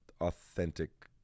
authentic